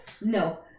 No